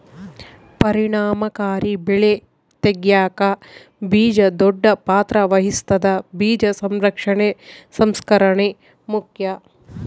ಪರಿಣಾಮಕಾರಿ ಬೆಳೆ ತೆಗ್ಯಾಕ ಬೀಜ ದೊಡ್ಡ ಪಾತ್ರ ವಹಿಸ್ತದ ಬೀಜ ಸಂರಕ್ಷಣೆ ಸಂಸ್ಕರಣೆ ಮುಖ್ಯ